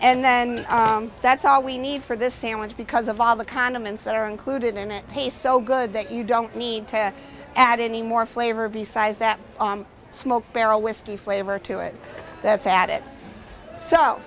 and then that's all we need for this sandwich because of all the condiments that are included in it taste so good that you don't need to add any more flavor besides that smoke barrel whiskey flavor to it that's a